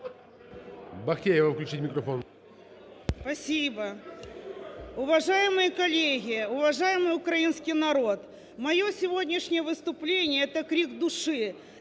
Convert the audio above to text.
Бахтеєва, включіть мікрофон.